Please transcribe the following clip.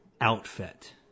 outfit